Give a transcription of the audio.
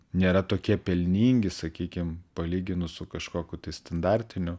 nėra tokie pelningi sakykim palyginus su kažkokiu tai standartiniu